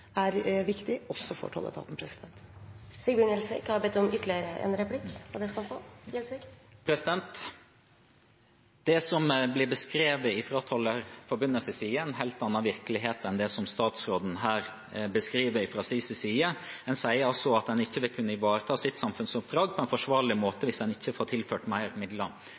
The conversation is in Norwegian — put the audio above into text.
er viktig også for tolletaten. Det som blir beskrevet fra Tollerforbundets side, er en helt annen virkelighet enn den statsråden her beskriver. De sier altså at de ikke vil kunne ivareta sitt samfunnsoppdrag på en forsvarlig måte hvis de ikke får tilført mer midler.